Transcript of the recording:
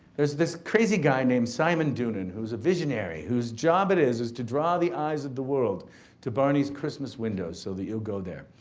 there's this crazy guy named simon doonan, who's a visionary whose job it is is to draw the eyes of the world to barney's christmas window so that you'll go there.